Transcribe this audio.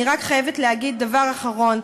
אני רק חייבת להגיד דבר אחרון: